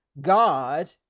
God